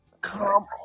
Come